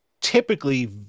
typically